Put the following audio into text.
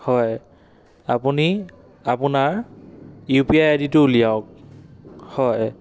হয় আপুনি আপোনাৰ ইউ পি আই আই ডিটো উলিৱাওক হয়